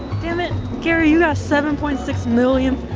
damn it, gary, you got seven point six million,